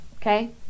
Okay